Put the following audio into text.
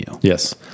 Yes